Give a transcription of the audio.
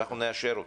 אנחנו נאשר אותה.